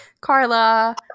carla